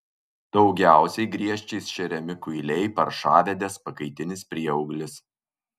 daugiausiai griežčiais šeriami kuiliai paršavedės pakaitinis prieauglis